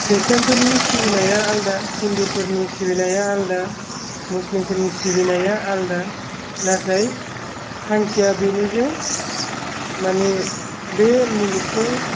Christian फोरनि सिबिनाया आलादा हिन्दु फोरनि सिबिनाया आलादा मुस्लिम फोरनि सिबिनाया आलादा नाथाय थांखिया बेनो जे माने बे मुलुगखौ